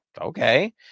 Okay